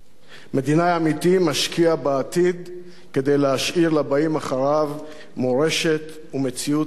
מדינאי אמיתי משקיע בעתיד כדי להשאיר לבאים אחריו מורשת ומציאות אחרת,